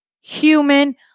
human